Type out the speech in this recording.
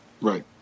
Right